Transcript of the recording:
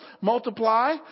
Multiply